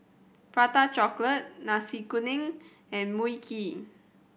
Prata Chocolate Nasi Kuning and Mui Kee